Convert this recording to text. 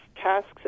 tasks